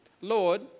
Lord